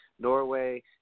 Norway